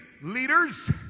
leaders